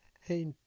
Hey